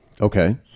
Okay